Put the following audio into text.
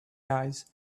eyes